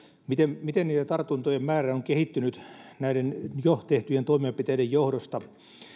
miten miten tartuntojen määrä on on kehittynyt näiden jo tehtyjen toimenpiteiden johdosta